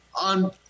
on